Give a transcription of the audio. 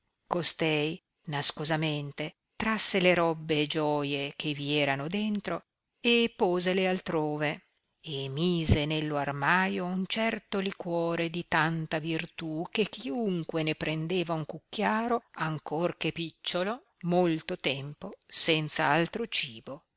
costei nascosamente trasse le robbe e gioie che vi erano dentro e posele altrove e mise nello armaio un certo liquore di tanta virtù che chiunque ne prendeva un cucchiaro ancor che picciolo molto tempo senza altro cibo